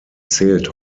zählt